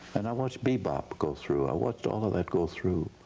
and i watched bebop go through. i watched all of that go through.